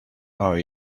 are